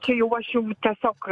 čia jau aš jum tiesiog